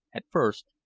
at first,